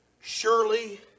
surely